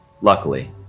Luckily